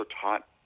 taught